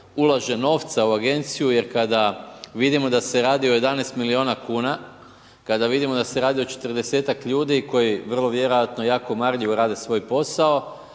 ulaže novca u Agenciju jer kada vidimo da se radi o 11 milijuna kuna, kada vidimo da se radi o 40-ak ljudi koji vrlo vjerojatno jako marljivo rade svoj posao